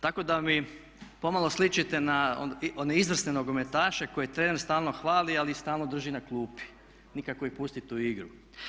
Tako da mi pomalo sličite na one izvrsne nogometaše koje trener stalno hvali, ali i stalno drži na klupi, nikako ih pustiti u igru.